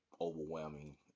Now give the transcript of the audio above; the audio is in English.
overwhelming